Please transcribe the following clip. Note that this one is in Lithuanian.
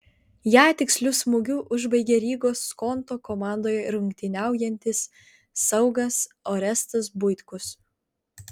ją tiksliu smūgiu užbaigė rygos skonto komandoje rungtyniaujantis saugas orestas buitkus